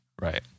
Right